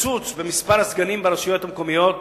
קיצוץ במספר הסגנים ברשויות המקומיות,